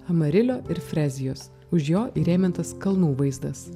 amarilio ir frezijos už jo įrėmintas kalnų vaizdas